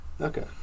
Okay